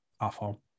Awful